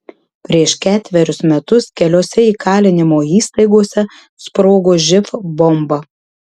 prieš ketverius metus keliose įkalinimo įstaigose sprogo živ bomba